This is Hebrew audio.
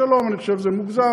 שלום אני חושב שזה מוגזם,